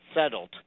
settled